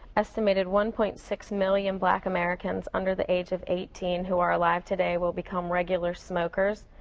estimated one point six million black americans under the age of eighteen who are alive today will become regular smokers.